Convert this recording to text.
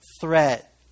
threat